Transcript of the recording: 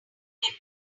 appeal